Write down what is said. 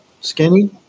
Skinny